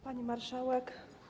Pani Marszałek!